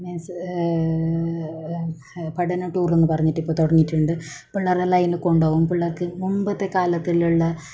means പഠന tour എന്ന് പറഞ്ഞിട്ട് ഇപ്പോൾ തുടങ്ങിയിട്ടുണ്ട് പിള്ളേരെ എല്ലാം അതിന് കൊണ്ടുപോകും പിള്ളേർക്ക് മുൻപത്തെ കാലത്തിലുള്ള